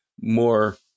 more